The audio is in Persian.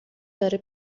داره